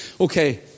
Okay